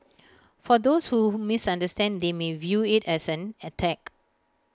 for those who misunderstand they may view IT as an attack